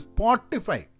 Spotify